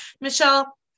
Michelle